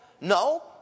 No